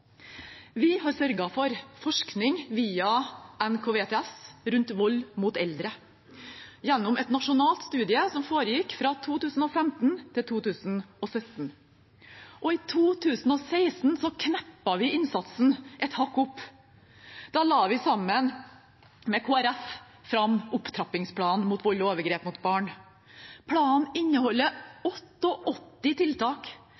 stress, NKVTS, sørget for forskning rundt vold mot eldre gjennom en nasjonal studie som foregikk fra 2015 til 2017. I 2016 flyttet vi innsatsen et hakk opp, da vi sammen med Kristelig Folkeparti la fram opptrappingsplanen mot vold og overgrep mot barn. Planen inneholder 88 tiltak,